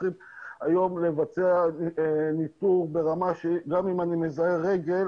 צריכים היום לבצע ניטור ברמה של גם אם אני מזהה רגל,